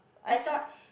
I thought